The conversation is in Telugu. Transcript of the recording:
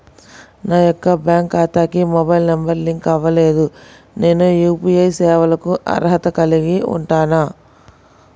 నా యొక్క బ్యాంక్ ఖాతాకి మొబైల్ నంబర్ లింక్ అవ్వలేదు నేను యూ.పీ.ఐ సేవలకు అర్హత కలిగి ఉంటానా?